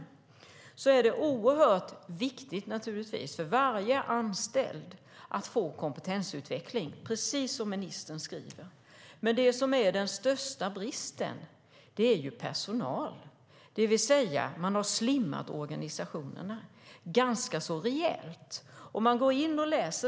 Det är naturligtvis oerhört viktigt för varje anställd att få kompetensutveckling, som ministern säger. Men den största bristen gäller personalen. Man har slimmat organisationerna ganska rejält.